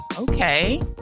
Okay